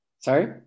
Sorry